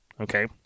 okay